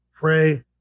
Pray